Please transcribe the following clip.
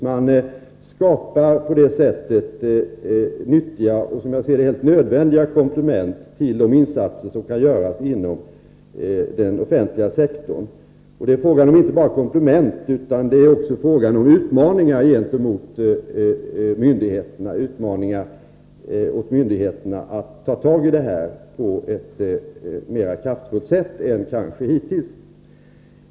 Man skapar på så sätt ett nyttigt och, som jag ser det, helt nödvändigt komplement till de insatser som görs på den offentliga sektorn. Det är inte bara fråga om komplement utan också om utmaningar gentemot myndigheterna — utmaningar att ta itu med dessa frågor på ett mer kraftfullt sätt än hittills.